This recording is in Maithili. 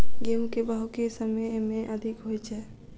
गेंहूँ केँ भाउ केँ समय मे अधिक होइ छै?